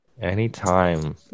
anytime